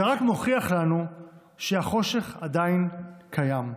זה רק מוכיח לנו שהחושך עדיין קיים,